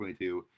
2022